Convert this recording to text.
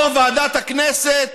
יו"ר ועדת הכנסת